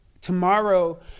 tomorrow